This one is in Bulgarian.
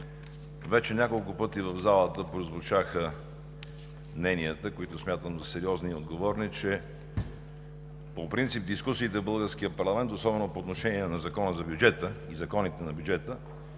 Вече няколко пъти в залата прозвучаха мненията, които смятам за сериозни и отговорни, че по принцип дискусиите в българския парламент, особено по отношение на Закона за бюджета и законите на бюджета,